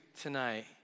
tonight